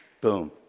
boom